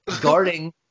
Guarding